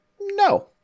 No